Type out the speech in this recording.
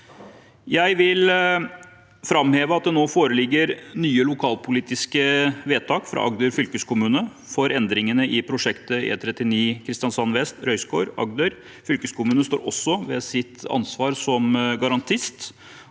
Jeg vil framheve at det nå foreligger nye lokalpolitiske vedtak fra Agder fylkeskommune for endringene i prosjektet E39 Kristiansand vest–Røyskår i Agder. Fylkeskommunen står også ved sitt ansvar som garantist.